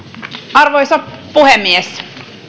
arvoisa puhemies